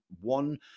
one